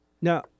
Now